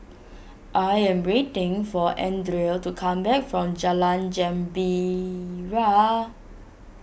I am waiting for Andrea to come back from Jalan Gembira